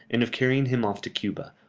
and of carrying him off to cuba,